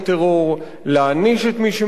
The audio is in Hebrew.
להעניש את מי שמעורב בפעולות טרור.